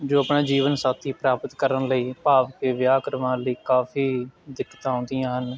ਜੋ ਆਪਣਾ ਜੀਵਨ ਸਾਥੀ ਪ੍ਰਾਪਤ ਕਰਨ ਲਈ ਭਾਵ ਅਤੇ ਵਿਆਹ ਕਰਵਾਉਣ ਲਈ ਕਾਫੀ ਦਿੱਕਤਾਂ ਆਉਂਦੀਆਂ ਹਨ